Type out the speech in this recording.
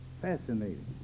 Fascinating